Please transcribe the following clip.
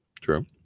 true